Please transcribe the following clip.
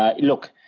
ah look,